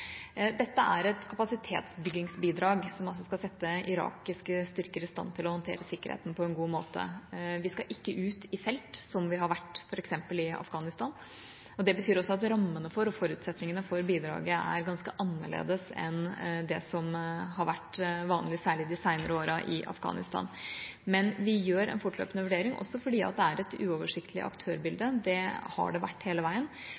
Dette er et kapasitetsbyggingsbidrag, som skal sette irakiske styrker i stand til å håndtere sikkerheten på en god måte. Vi skal ikke ut i felt, som vi har vært f.eks. i Afghanistan. Det betyr at rammene og forutsetningene for bidraget er ganske annerledes enn det som har vært vanlig, særlig de seinere årene i Afghanistan. Men vi gjør en fortløpende vurdering, også fordi det er et uoversiktlig aktørbilde – det har det vært hele veien.